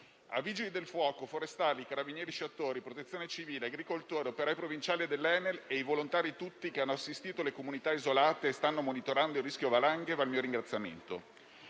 A vigili del fuoco, forestali, carabinieri sciatori, Protezione civile, agricoltori, operai provinciali dell'Enel e ai volontari tutti che hanno assistito le comunità isolate e stanno monitorando il rischio valanghe va il mio ringraziamento.